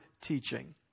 teaching